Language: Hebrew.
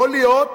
יכול להיות